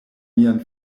mian